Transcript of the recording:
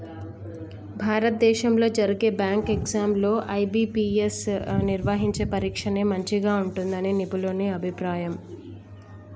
భారతదేశంలో జరిగే bank exams లో ఐ.బీ.పీ.ఎస్ నిర్వహించే పరీక్షనే మంచిగా ఉంటుందని నిపుణుల అభిప్రాయం